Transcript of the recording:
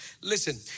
Listen